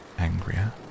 angrier